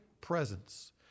presence